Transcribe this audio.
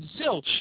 Zilch